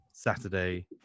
Saturday